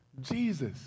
Jesus